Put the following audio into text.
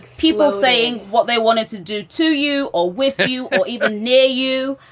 people saying what they wanted to do to you. or with you. or even near you.